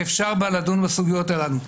שאפשר בה לדון בסוגיות הללו.